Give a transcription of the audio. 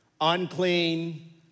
unclean